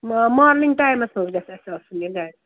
ما morning times منٛز گژھِ اَسہِ آسٕنۍ یہِ گَرِ